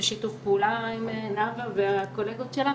בשיתוף פעולה עם נאוה והקולגות שלה.